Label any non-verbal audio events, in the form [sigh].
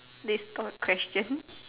distort question [noise]